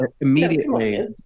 immediately